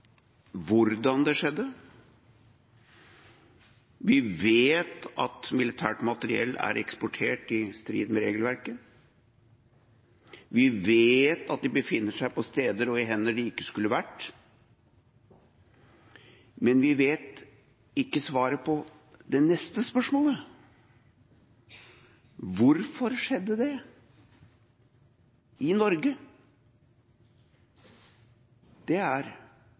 hvordan det skjedde, vi vet at militært materiell er eksportert i strid med regelverket, vi vet at det befinner seg på steder og i hender det ikke skulle vært – men vi vet ikke svaret på det neste spørsmålet: Hvorfor skjedde det – i Norge? Det er